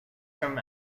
from